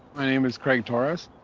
my name is craig torres.